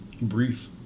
Brief